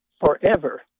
forever